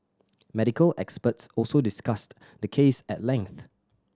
medical experts also discussed the case at length